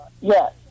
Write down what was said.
Yes